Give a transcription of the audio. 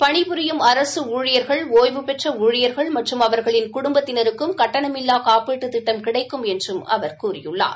பணி புரியும் அரசு ஊழியர்கள் ஒய்வுபெற்ற ஊழியர்கள் மற்றும் அவர்களின் குடும்பத்தினரும் கட்டணமில்லா காப்பீட்டுத் திட்டம் கிடைக்கும் என்று அவர் கூறினார்